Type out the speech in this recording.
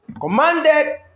commanded